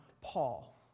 Paul